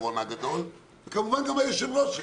הקורונה הגדול וכמובן גם היושב-ראש שלה.